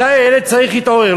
06:45. מתי הילד צריך להתעורר?